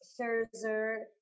Scherzer